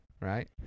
Right